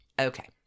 Okay